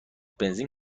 بنزین